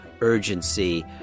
urgency